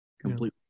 Completely